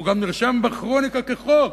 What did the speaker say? הוא גם נרשם בכרוניקה כחוק,